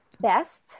best